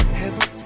heaven